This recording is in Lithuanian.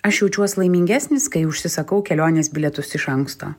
aš jaučiuos laimingesnis kai užsisakau kelionės bilietus iš anksto